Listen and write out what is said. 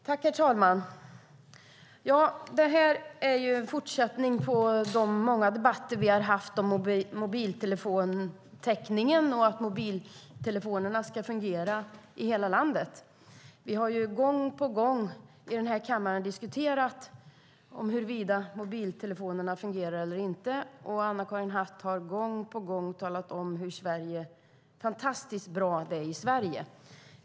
Herr talman! Det här är ju en fortsättning på de många debatter vi har haft om mobiltelefontäckningen och att mobiltelefonerna ska fungera i hela landet. Vi har gång på gång i den här kammaren diskuterat huruvida mobiltelefonerna fungerar eller inte, och Anna-Karin Hatt har gång på gång talat om hur fantastiskt bra det är i Sverige.